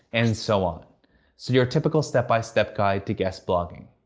and so on. so your typical step-by-step guide to guest blogging.